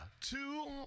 two